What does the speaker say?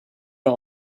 you